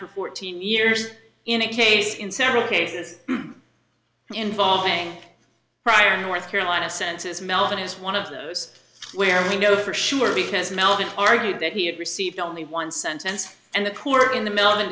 for fourteen years in a case in several cases involving prior north carolina census melody is one of those where we know for sure because melody argued that he had received only one sentence and the court in the middle of